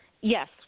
Yes